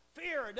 fear